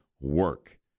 work